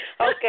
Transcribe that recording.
Okay